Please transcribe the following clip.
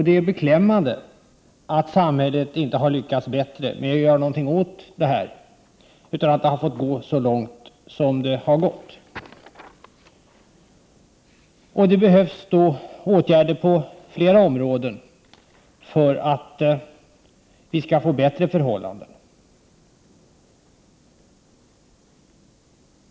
Det är beklämmande att samhället inte har lyckats bättre med att göra något åt detta, utan att det har gått så långt som det har gått. Åtgärder behövs på flera områden för att vi skall få bättre förhållanden.